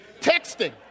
texting